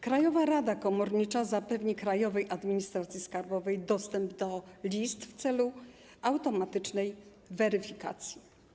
Krajowa Rada Komornicza zapewni Krajowej Administracji Skarbowej dostęp do list w celu automatycznej weryfikacji.